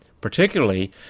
Particularly